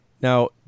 Now